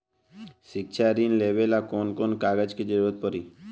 शिक्षा ऋण लेवेला कौन कौन कागज के जरुरत पड़ी?